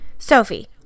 Sophie